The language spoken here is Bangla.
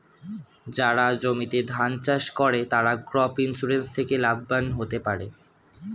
যারা জমিতে ধান চাষ করে তারা ক্রপ ইন্সুরেন্স থেকে লাভবান হতে পারে